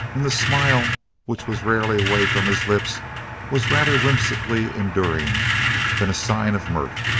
and the smile which was rarely away from his lips was rather whimsically enduring than a sign of mirth.